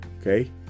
Okay